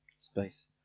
Space